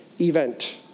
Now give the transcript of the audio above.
event